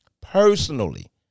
personally